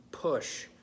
push